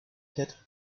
head